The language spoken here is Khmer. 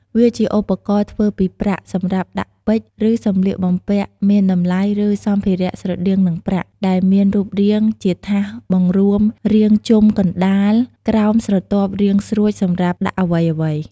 វាជាឧបករណ៍ធ្វើពីប្រាក់ សម្រាប់ដាក់ពេជ្រឬសំលៀកបំពាក់មានតម្លៃឬសម្ភារៈស្រដៀងនឹងប្រាក់ ដែលមានរូបរាងជាថាសបង្រួមរាងជុំកណ្តាលក្រោមស្រទាប់រាងស្រួលសម្រាប់ដាក់អ្វីៗ។